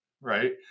Right